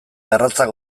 garratzak